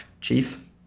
Chief